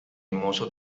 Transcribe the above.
mozo